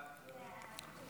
חוק